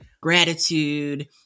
gratitude